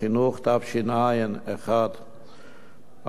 תש"ע 1(א),